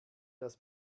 das